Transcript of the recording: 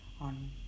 on